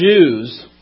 Jews